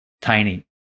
tiny